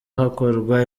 hakorwa